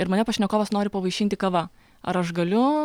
ir mane pašnekovas nori pavaišinti kava ar aš galiu